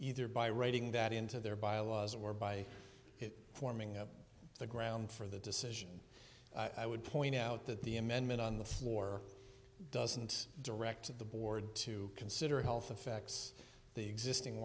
either by writing that into their byelaws or by forming up the ground for the decision i would point out that the amendment on the floor doesn't direct the board to consider health effects the existing